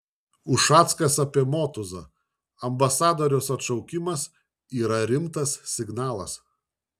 ušackas apie motuzą ambasadoriaus atšaukimas yra rimtas signalas